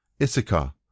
Issachar